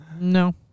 No